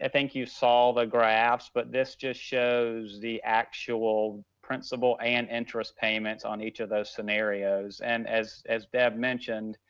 i think you saw the graphs, but this just shows the actual principal and interest payments on each of those scenarios. and as as deb mentioned,